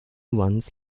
ones